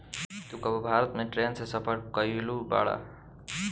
तू कबो भारत में ट्रैन से सफर कयिउल बाड़